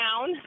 down